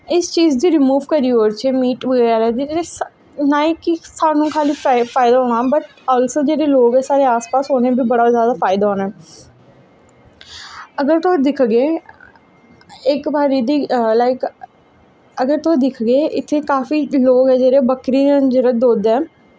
इस चीज़ गी रिमूव करी ओड़चै मीट बगैरा गी ते नां कि सानूं खाल्ली फाइव फाइव होना बट आलसो जेह्ड़े लोग ऐ साढ़े आस पास उ'नेंगी बी बड़ा जादा फायदा होना ऐ अगर तुस दिखगे इक बारी दी लाइक अगर तुस दिखगे इत्थें काफी लोक ऐ जेह्ड़े बक्करी दा दुद्ध ऐ